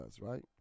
right